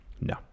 No